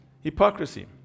hypocrisy